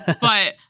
But-